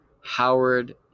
Howard